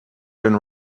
been